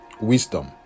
Wisdom